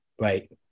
Right